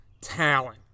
talent